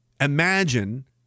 imagine